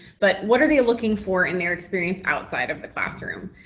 but what are they looking for in their experience outside of the classroom.